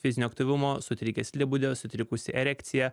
fizinio aktyvumo sutrikęs libido sutrikusi erekcija